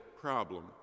problem